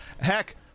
heck